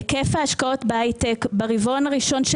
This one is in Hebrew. היקף ההשקעות בהייטק הרבעון הראשון של